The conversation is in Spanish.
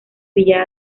villa